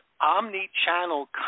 omni-channel